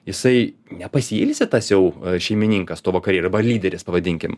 jisai nepasiilsi tas jau šeimininkas to vakarėlio lyderis pavadinkim